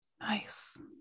Nice